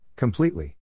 Completely